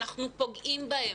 אנחנו פוגעים בהם.